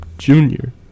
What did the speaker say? junior